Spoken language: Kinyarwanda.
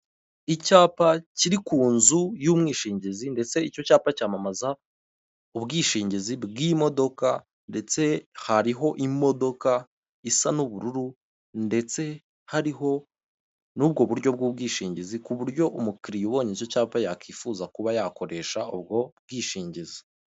Icyapa kiri ku nzu, y'umwishingizi, ndetse icyo cyapa cyamamaza ubwishingizi bw'imodoka, ndetse hariho imodoka isa n'ubururu, ndetse hariho n'ubwo buryo bw'ubwishingizi, ku buryo umukiriya ubonye icyo cyapa yakifuza kuba yakoresha ubwo bwishingizi.